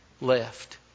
left